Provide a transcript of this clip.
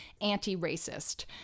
anti-racist